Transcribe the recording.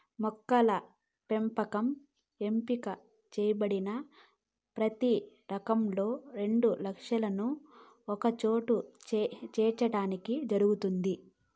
మొక్కల పెంపకం ఎంపిక చేయబడిన ప్రతి రకంలో రెండు లక్షణాలను ఒకచోట చేర్చడానికి జరుగుతుంది